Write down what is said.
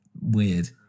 Weird